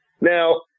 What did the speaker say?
Now